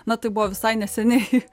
na tai buvo visai neseniai